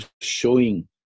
showing